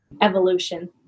evolution